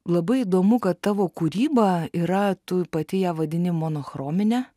labai įdomu kad tavo kūryba yra tu pati ją vadini monochromine